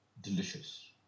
delicious